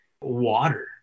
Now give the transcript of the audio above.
water